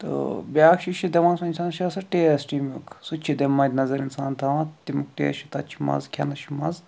تہٕ بیاکھ چیٖز چھُ دپان انسانس چھُ آسان ٹیسٹ ییٚمیُک سُہ تہِ چھُ مدِ نظر اِنسان تھاوان تمیُک ٹیسٹ تتھ چھُ مزٕ کھینس چھُ مزٕ